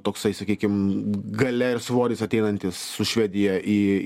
toksai sakykim galia ir svoris ateinantis su švedija į